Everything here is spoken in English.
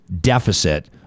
deficit